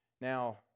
Now